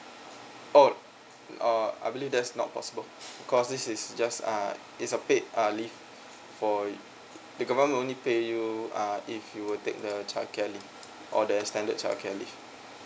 oh uh I believe that's not possible because this is just uh it's a paid uh leave for you the government only pay you uh if you would take the childcare leave or the standard childcare leave